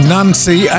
Nancy